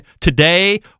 today